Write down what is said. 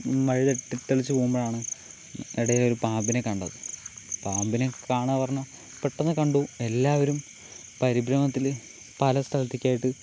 വഴി വെട്ടിത്തെളിച്ച് പോകുമ്പോഴാണ് ഇടയിൽ ഒരു പാമ്പിനെ കണ്ടത് പാമ്പിനെ കാണുകയെന്ന് പറഞ്ഞാൽ പെട്ടെന്ന് കണ്ടു എല്ലാവരും പരിഭ്രമത്തിൽ പല സ്ഥലത്തേക്കായിട്ട്